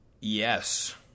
Yes